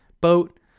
boat